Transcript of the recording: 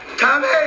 Tommy